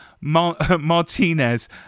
Martinez